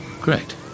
great